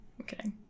Okay